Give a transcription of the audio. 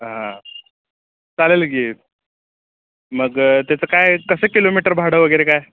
हा चालेल की मग त्याचं काय कसं किलोमीटर भाडं वगैरे काय